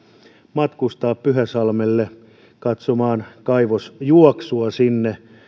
matkustaa pyhäsalmelle katsomaan kaivosjuoksua